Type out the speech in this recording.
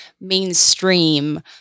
mainstream